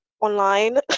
online